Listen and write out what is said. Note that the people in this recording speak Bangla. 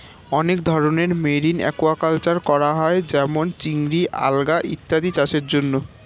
অনেক ধরনের মেরিন অ্যাকুয়াকালচার করা হয় যেমন চিংড়ি, আলগা ইত্যাদি চাষের জন্যে